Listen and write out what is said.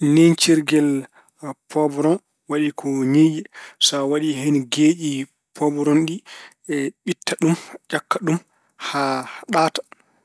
Ñiiƴcirgel powron waɗi ko ñiiƴe. Sa waɗi hen geeƴi powron ɗi, ɓitta ɗum, ƴakka ɗum haa ɗaata.